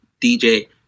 DJ